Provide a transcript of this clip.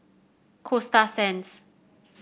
Coasta Sands